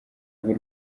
bw’u